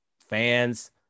fans